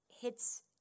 hits